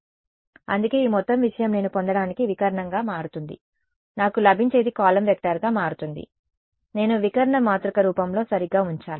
కాబట్టి అందుకే ఈ మొత్తం విషయం నేను పొందడానికి వికర్ణంగా మారుతుంది నాకు లభించేది కాలమ్ వెక్టర్గా మారుతుంది నేను వికర్ణ మాతృక రూపంలో సరిగ్గా ఉంచాలి